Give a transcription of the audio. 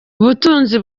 ubutunzi